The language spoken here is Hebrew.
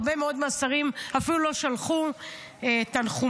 הרבה מאד מהשרים אפילו לא שלחו תנחומים,